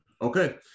Okay